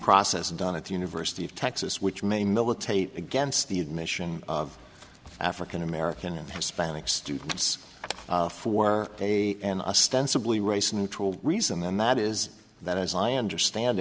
process done at the university of texas which may militate against the admission of african american and hispanic students for a and a stent simply race neutral reason then that is that as i understand